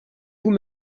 vous